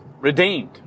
redeemed